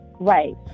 right